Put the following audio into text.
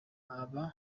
aba